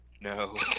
No